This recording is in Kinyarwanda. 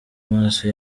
maso